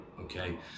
Okay